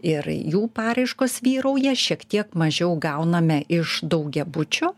ir jų paraiškos vyrauja šiek tiek mažiau gauname iš daugiabučių